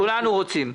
כולנו רוצים.